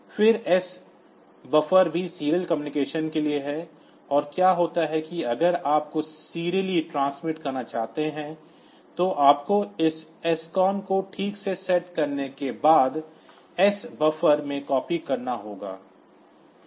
फिर S buf भी serial communication के लिए है और क्या होता है कि अगर आप कुछ सीरियसली ट्रांसमिट करना चाहते हैं तो आपको इस SCON को ठीक से सेट करने के बाद S बफ में कॉपी करना होगा